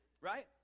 right